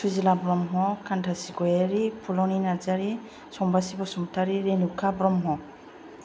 Sujila Brahma Kanthasri Goyary Phulni Narzary Sambasri Basumatary Renuka Brahma